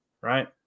right